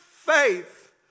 faith